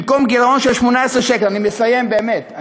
במקום גירעון של 18 מיליארד, אני מסיים באמת.